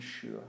sure